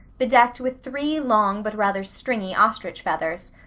bedecked with three long but rather stringy ostrich feathers.